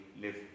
live